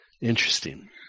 Interesting